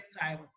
time